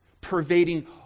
pervading